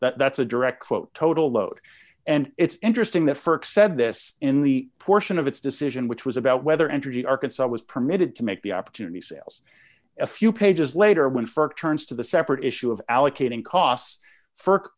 that's a direct quote total load and it's interesting that for accept this in the portion of its decision which was about whether entergy arkansas was permitted to make the opportunity sales a few pages later when for turns to the separate issue of allocating costs for